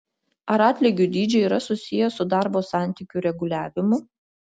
ar atlygių dydžiai yra susiję su darbo santykių reguliavimu